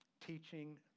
teaching